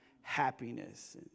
happiness